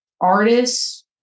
artists